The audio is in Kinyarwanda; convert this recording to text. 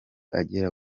agera